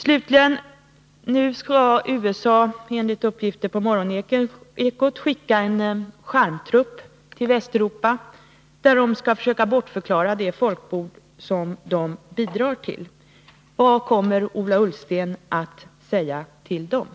Slutligen: Enligt uppgifter i morgonekot skall USA nu skicka en charmtrupp till Västeuropa för att söka bortförklara de folkmord som USA bidrar till. Vad kommer Ola Ullsten att säga till den?